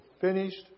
finished